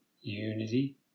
unity